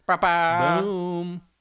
Boom